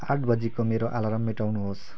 आठ बजीको मेरो अलार्म मेटाउनुहोस्